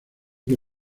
que